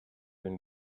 been